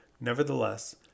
nevertheless